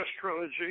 Trilogy